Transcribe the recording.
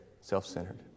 self-centered